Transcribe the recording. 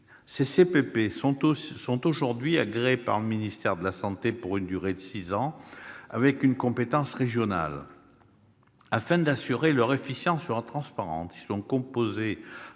Ces CPP sont aujourd'hui agréés par le ministère de la santé pour une durée de six ans, avec une compétence régionale. Afin d'assurer leur efficience et leur transparence,